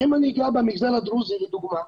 אם אני אגע במגזר הדרוזי כדוגמה,